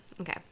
Okay